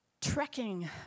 trekking